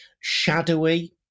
shadowy